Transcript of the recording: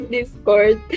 Discord